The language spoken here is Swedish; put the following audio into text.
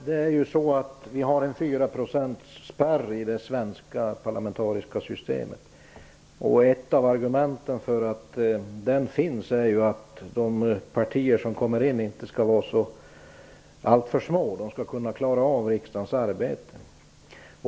Herr talman! Vi har ju en 4-procentsspärr i det svenska parlamentariska systemet. Ett av argumenten för att den skall finnas är ju att de partier som kommer in i riksdagen inte skall vara alltför små; de skall kunna klara av riksdagens arbete.